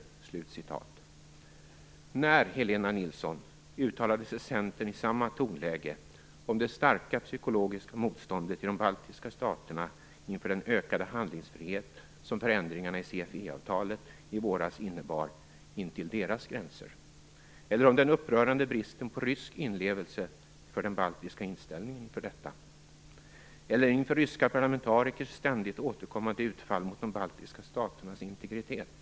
När, Helena Nilsson, uttalade sig Centern i samma tonläge om det starka psykologiska motståndet i de baltiska staterna till den ökade handlingsfrihet som förändringarna i CFE-avtalet i våras innebar intill deras gränser? Eller om den upprörande bristen på rysk inlevelse i den baltiska inställningen till detta? Eller inför ryska parlamentarikers ständigt återkommande utfall mot de baltiska staternas integritet?